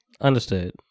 understood